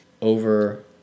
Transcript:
over